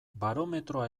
barometroa